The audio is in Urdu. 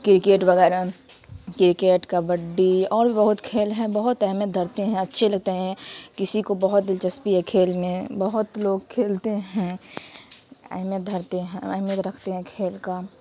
کرکیٹ وغیرہ کرکیٹ کبڈی اور بھی بہت کھیل ہیں بہت اہمیت دھرتے ہیں اچھے لگتے ہیں کسی کو بہت دلچسپی ہے کھیل میں بہت لوگ کھیلتے ہیں اہمیت دھرتے ہیں اہمیت رکھتے ہیں کھیل کا